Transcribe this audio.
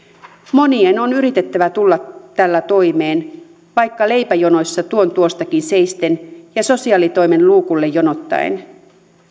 monien on yritettävä tulla tällä toimeen vaikka leipäjonoissa tuon tuostakin seisten ja sosiaalitoimen luukulle jonottaen